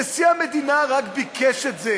נשיא המדינה רק ביקש את זה